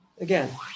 again